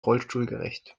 rollstuhlgerecht